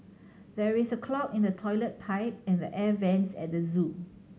there is a clog in the toilet pipe and the air vents at the zoo